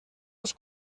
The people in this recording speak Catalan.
als